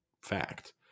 fact